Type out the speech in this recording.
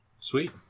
Sweet